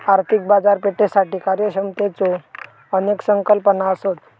आर्थिक बाजारपेठेसाठी कार्यक्षमतेच्यो अनेक संकल्पना असत